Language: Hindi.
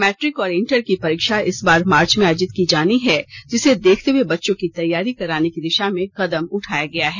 मैट्रिक और इंटर की परीक्षा इस बार मार्च में आयोजित की जानी है जिसे देखते हुए बच्चों की तैयारी कराने की दिशा में कदम उठाया गया है